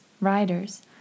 writers